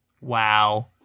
Wow